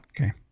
Okay